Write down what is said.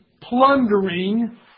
plundering